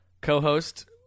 Co-host